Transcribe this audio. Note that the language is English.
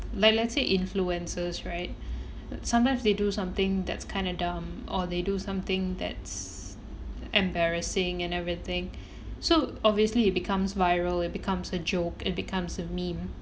like let's say influencers right sometimes they do something that's kinda dumb or they do something that's embarrassing and everything so obviously it becomes viral it becomes a joke it becomes a meme